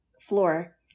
floor